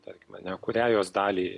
tarkim ar ne kurią jos dalį